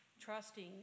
trusting